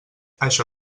això